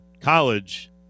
college